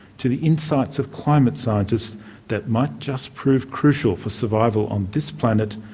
to the insights of climate scientists that might just prove crucial for survival on this planet,